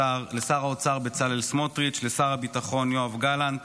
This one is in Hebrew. לשר האוצר בצלאל סמוטריץ'; לשר הביטחון יואב גלנט.